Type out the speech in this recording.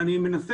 אני מזדהה